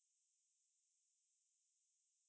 so what were you doing yesterday